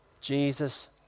Jesus